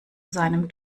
seinem